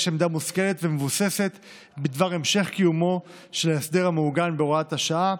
עמדה מושכלת ומבוססת בדבר המשך קיומו של ההסדר המעוגן בהוראת השעה.